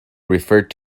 referred